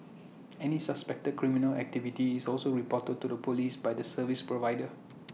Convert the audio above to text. any suspected criminal activity is also reported to the Police by the service provider